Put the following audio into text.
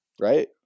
right